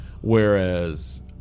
Whereas